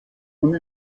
und